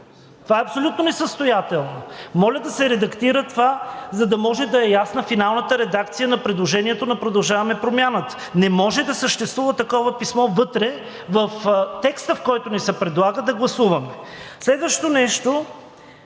Това е абсолютно несъстоятелно! Моля да се редактира това, за да може да е ясна финалната редакция на предложението на „Продължаваме Промяната“. Не може да съществува такова писмо вътре в текста, който ни се предлага да гласуваме. Следващото нещо.